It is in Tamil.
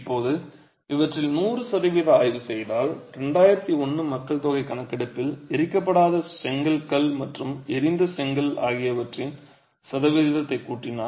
இப்போது இவற்றில் 100 சதவீதஆய்வு செய்தால் 2001 மக்கள் தொகை கணக்கெடுப்பில் எரிக்கப்படாத செங்கல் கல் மற்றும் எரிந்த செங்கல் ஆகியவற்றின் சதவீதத்தைக் கூட்டினால் மொத்தம் 84